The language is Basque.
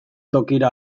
tokira